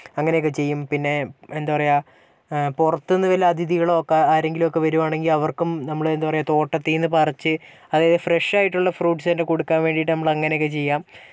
അങ്ങനൊക്കെ ചെയ്യും പിന്നെ എന്താ പറയുക പുറത്ത് നിന്ന് വല്ല അതിഥികളോ ആരെങ്കിലൊക്കെ വരുവാണെങ്കിൽ അവർക്കും നമ്മള് എന്താ പറയുക തോട്ടത്തിന്ന് പറിച്ച് അതായത് ഫ്രഷ് ആയിട്ടുള്ള ഫ്രൂട്ട്സ് തന്നെ കൊടുക്കാൻ വേണ്ടിട്ട് നമ്മള് അങ്ങനൊക്കെ ചെയ്യാം